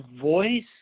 voice